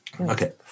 okay